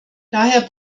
daher